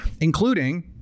including